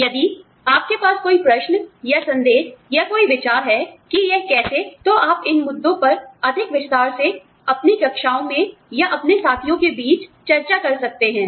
यदि आपके पास कोई प्रश्न या संदेह या कोई विचार है कि यह कैसे तो आप इन मुद्दों पर अधिक विस्तार से अपनी कक्षाओं में या अपने साथियों के बीच चर्चा कर सकते हैं